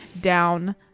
down